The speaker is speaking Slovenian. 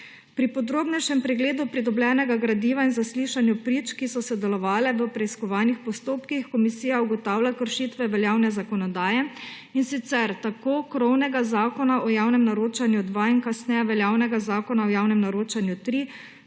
Pri podrobnejšem pregledu pridobljenega gradiva in zaslišanju prič, ki so sodelovale v preiskovanih postopkih, komisija ugotavlja kršitve veljavne zakonodaje, in sicer tako krovnega Zakona o javne naročanju 2 in kasneje veljavnega Zakona o javnem naročanju 3.